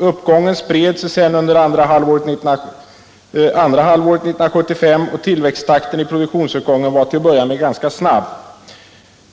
Uppgången spred sig sedan under andra halvåret 1975, och tillväxttakten i produktionsuppgången var till att börja med ganska snabb.